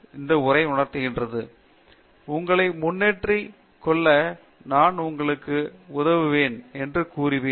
பேராசிரியர் சத்யநாராயணன் என் கும்மாடி உங்களை முன்னேற்றிக் கொள்ள நான் உங்களுக்கு உதவுவேன் என்று கூறுவேன்